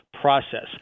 process